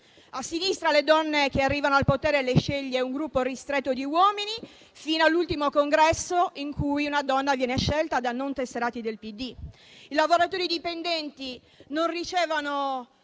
a sinistra le donne che arrivano al potere le sceglie un gruppo ristretto di uomini, sino all'ultimo congresso, in cui una donna viene scelta da non tesserati del PD. I lavoratori dipendenti non ricevono